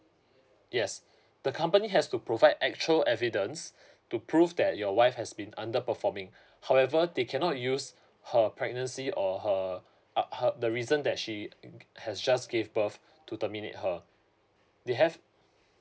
yes the company has to provide actual evidence to prove that your wife has been underperforming however they cannot use her pregnancy or her uh her the reason that she has just gave birth to terminate her they have